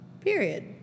Period